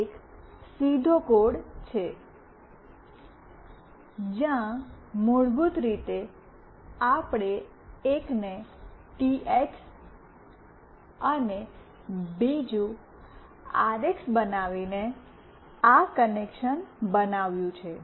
આ એક સીધો કોડ છે જ્યાં મૂળભૂત રીતે આપણે એકને ટીએક્સ અને બીજું આરએક્સ બનાવીને આ કનેક્શનને બનાવ્યું છે